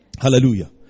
Hallelujah